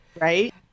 Right